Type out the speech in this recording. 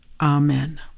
Amen